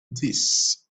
this